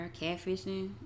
catfishing